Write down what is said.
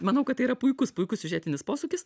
manau kad tai yra puikus puikus siužetinis posūkis